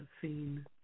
scene